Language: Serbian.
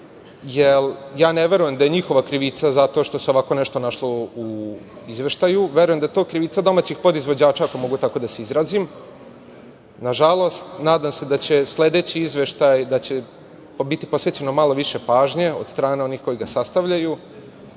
jer ne verujem da je njihova krivica što se ovako nešto našlo u Izveštaju. Verujem da je to krivica domaćih podizvođača, ako mogu tako da se izrazim. Nadam se da će sledećem izveštaju biti posvećeno malo više pažnje od strane onih koji ga sastavljaju,